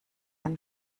ein